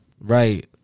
Right